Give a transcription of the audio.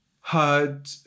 heard